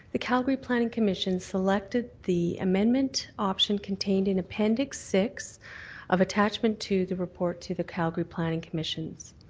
the calgary planning commission selected the amendment option contained in appendix six of attachment to the report to the calgary planning commission.